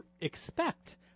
expect